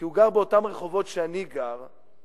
כי הוא גר באותם רחובות שאני גר,